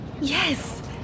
Yes